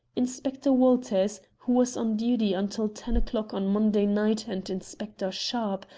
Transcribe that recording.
inspector walters, who was on duty until ten o'clock on monday night, and inspector sharpe,